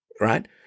Right